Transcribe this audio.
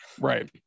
Right